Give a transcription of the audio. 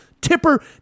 Tipper